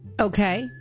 Okay